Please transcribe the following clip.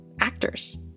Actors